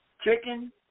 chicken